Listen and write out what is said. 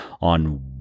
on